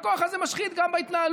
הכוח הזה משחית גם בהתנהלות,